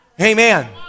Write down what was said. Amen